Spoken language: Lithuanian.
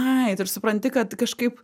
ai taip supranti kad kažkaip